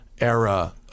era